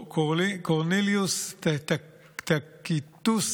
קורנליוס טקיטוס,